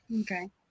Okay